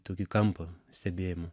tokį kampą stebėjimų